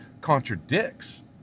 contradicts